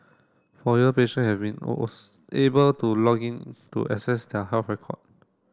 for year patient have been able to log in to access their health record